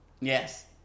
Yes